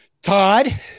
Todd